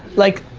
like,